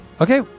Okay